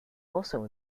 also